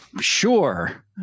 sure